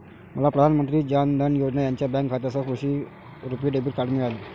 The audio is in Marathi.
मला प्रधान मंत्री जान धन योजना यांच्या बँक खात्यासह रुपी डेबिट कार्ड मिळाले